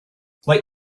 like